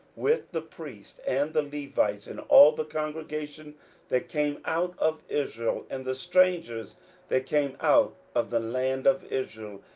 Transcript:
with the priests and the levites, and all the congregation that came out of israel, and the strangers that came out of the land of israel,